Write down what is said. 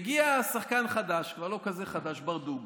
מגיע שחקן חדש, כבר לא כזה חדש, ברדוגו,